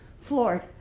floored